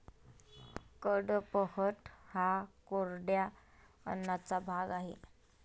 कडपह्नट हा कोरड्या अन्नाचा भाग आहे